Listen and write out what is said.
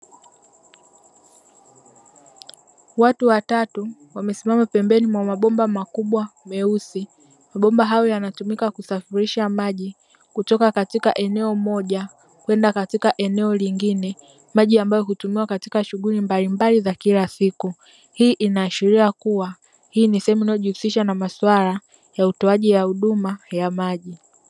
Watu watatu wamesimama pembeni mwa mabomba makubwa meusi, bomba hayo yanatumika kusafirisha maji kutoka katika eneo moja kwenda katika eneo lingine. Maji ambayo hutumiwa katika shughuli mbalimbali za kila siku, hii inaashiria kuwa hii ni sehemu inayojihusisha na maswala ya utoaji wa huduma ya maji.